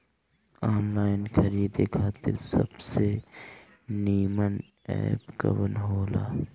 Online खरीदे खातिर सबसे नीमन एप कवन हो ला?